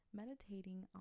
meditating